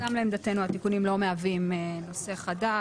גם לעמדתנו התיקונים לא מהווים נושא חדש,